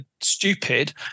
stupid